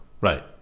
Right